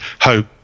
hope